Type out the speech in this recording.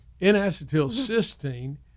N-acetylcysteine